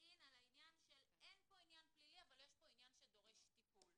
in על העניין של אין פה עניין פלילי אבל יש פה עניין שדורש טיפול.